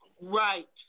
Right